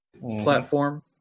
platform